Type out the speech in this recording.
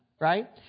Right